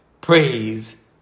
Praise